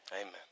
Amen